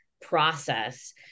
process